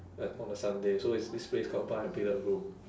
at on a sunday so it's this place called bar and billiard room